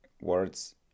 words